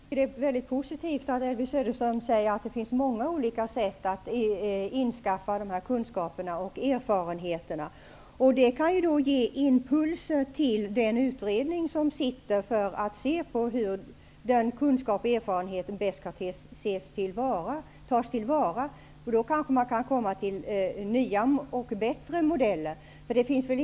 Herr talman! Jag tycker det är positivt att Elvy Söderström säger att det finns många olika sätt att införskaffa dessa kunskaper och erfarenheter. Det kan ju ge impulser till den tillsatta utredningen att undersöka hur den här kunskapen och erfarenheten bäst kan tas till vara. Då kan man kanske komma fram till nya och bättre modeller.